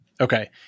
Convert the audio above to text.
Okay